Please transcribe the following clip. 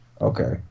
Okay